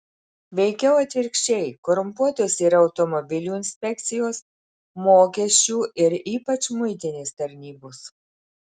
veikiau atvirkščiai korumpuotos yra automobilių inspekcijos mokesčių ir ypač muitinės tarnybos